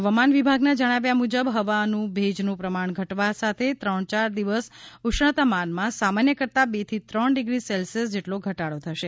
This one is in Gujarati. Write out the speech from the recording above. હવામાન વિભાગના જણાવ્યા મુજબ હવાનું લેજનું પ્રમાણ ઘટવા સાથે ત્રણ યાર દિવસ ઉષ્ણતામાનમાં સામાન્ય કરતા બે થી ત્રણ ડીગ્રી સેલ્શ્યસ જેટલો ઘટાડો થશે